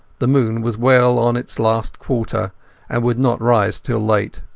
the moon was well on its last quarter and would not rise till late.